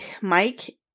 Mike